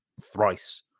Thrice